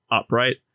upright